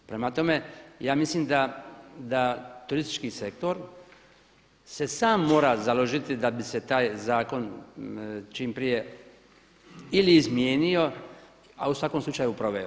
Prema tome, ja mislim da turistički sektor se sam mora založiti da bi se taj zakon čim prije ili izmijenio a u svakom slučaju proveo.